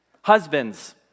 Husbands